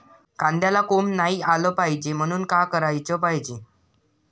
कांद्याला कोंब नाई आलं पायजे म्हनून का कराच पायजे?